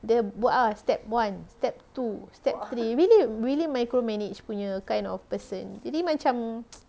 dia buat ah step one step two step three really really micro manage punya kind of person jadi macam